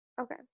Okay